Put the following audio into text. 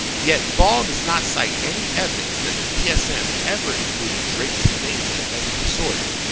yet, ball does not cite any evidence that the dsm ever included drapetomania as a disorder.